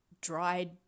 dried